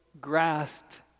grasped